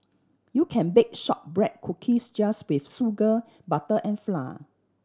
you can bake shortbread cookies just with sugar butter and flour